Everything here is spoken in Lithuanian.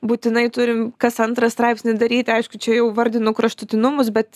būtinai turim kas antrą straipsnį daryti aišku čia jau vardinu kraštutinumus bet